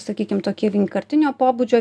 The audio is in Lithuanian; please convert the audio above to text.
sakykim tokie vienkartinio pobūdžio